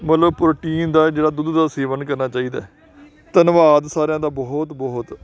ਮਤਲਬ ਪ੍ਰੋਟੀਨ ਦਾ ਜਿਹੜਾ ਦੁੱਧ ਦਾ ਸੇਵਨ ਕਰਨਾ ਚਾਹੀਦਾ ਧੰਨਵਾਦ ਸਾਰਿਆਂ ਦਾ ਬਹੁਤ ਬਹੁਤ